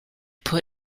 put